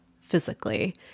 physically